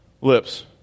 lips